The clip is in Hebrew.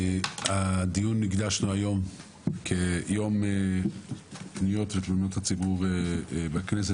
את הדיון הקדשנו היום לציון יום פניות ותלונות הציבור בכנסת,